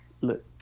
Look